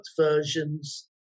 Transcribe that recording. versions